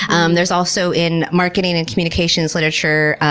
um there's also, in marketing and communications literature,